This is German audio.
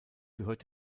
gehört